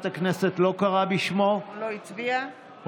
הכנסת לא קראה בשמו או לא הצביע?